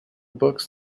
books